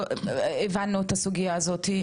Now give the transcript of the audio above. הבנו את הסוגייה הזאת,